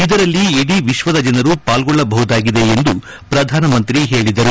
ಇದರಲ್ಲಿ ಇಡೀ ವಿಶ್ವದ ಜನರು ಪಾಲ್ಗೊಳ್ಳಬಹುದಾಗಿದೆ ಎಂದು ಪ್ರಧಾನಿ ಹೇಳಿದರು